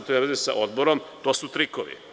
To ima veze sa Odborom, to su trikovi.